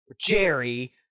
Jerry